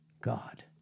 God